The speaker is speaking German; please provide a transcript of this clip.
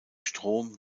strom